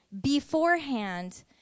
beforehand